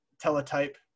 teletype